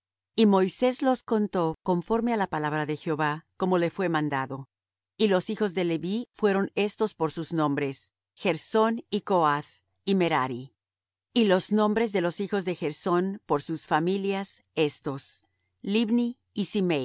y moisés los contó conforme á la palabra de jehová como le fué mandado y los hijos de leví fueron estos por sus nombres gersón y coath y merari y los nombres de los hijos de gersón por sus familias estos libni